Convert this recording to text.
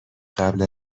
قبل